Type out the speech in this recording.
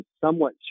somewhat